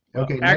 okay.